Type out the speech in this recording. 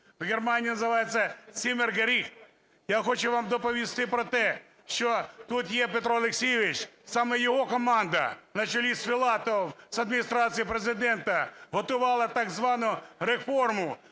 У Германії називається "zimmer gerechtigkeit". Я хочу вам доповісти про те, що тут є Петро Олексійович, саме його команда на чолі з Філатовим з Адміністрації Президента готувала так звану реформу,